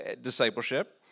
discipleship